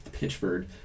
Pitchford